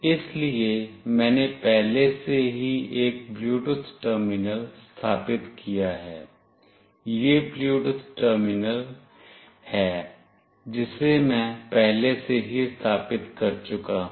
इसलिए मैंने पहले से ही एक ब्लूटूथ टर्मिनल स्थापित किया है यह ब्लूटूथ टर्मिनल है जिसे मैं पहले ही स्थापित कर चुका हूं